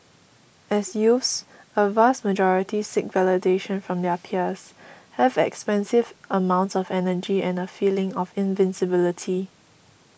as youths a vast majority seek validation from their peers have expansive amounts of energy and a feeling of invincibility